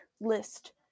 list